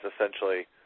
essentially